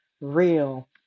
real